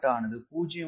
ஆனது 0